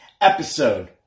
episode